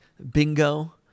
bingo